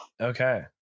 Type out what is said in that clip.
Okay